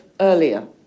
earlier